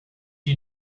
you